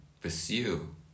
pursue